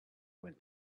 went